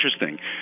interesting